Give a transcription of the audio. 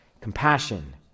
Compassion